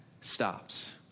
stops